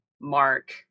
mark